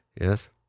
Yes